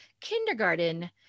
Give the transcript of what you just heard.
kindergarten